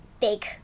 big